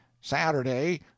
Saturday